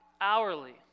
hourly